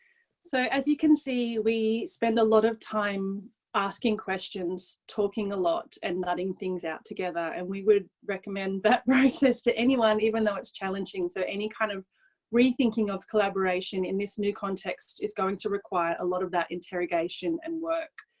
so, as you can see, we spend a lot of time asking questions, talking a lot and nutting things out together and we would rec mend but that process to anyone, even though it is challenging. so any kind of rethinking of collaboration in this new context is going to require a lot of that interrogation and work.